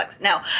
Now